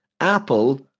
Apple